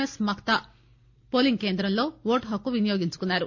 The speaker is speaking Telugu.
ఎస్ మక్తా పోలింగ్ కేంద్రంలో ఓటు హక్కు వినియోగించుకున్నారు